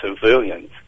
civilians